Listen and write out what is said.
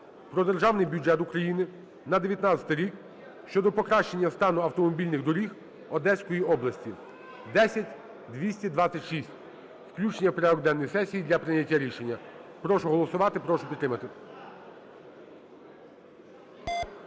"Про Державний бюджет України на 2019 рік" щодо покращення стану автомобільних доріг Одеської області (10226). Включення в порядок денний сесії для прийняття рішення. Прошу голосувати, прошу підтримати.